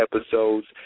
episodes